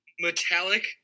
metallic